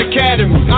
Academy